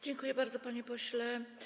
Dziękuję bardzo, panie pośle.